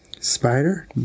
Spider